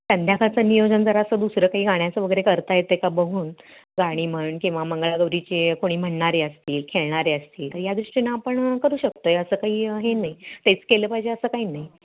संध्याकाळचं नियोजन जरासं दुसरं काही गाण्याचं वगैरे करता येते का बघून गाणी म्हण किंवा मंगळागौरीचे कोणी म्हणणारे असतील खेळणारे असतील या दृष्टीनं आपण करू शकतो आहे असं काही हे नाही तेच केलं पाहिजे असं काही नाही